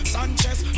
Sanchez